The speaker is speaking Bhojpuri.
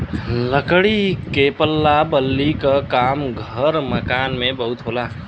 लकड़ी के पल्ला बल्ली क काम घर मकान में बहुत होला